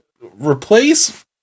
replace